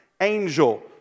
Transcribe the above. angel